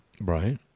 Right